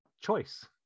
choice